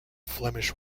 flemish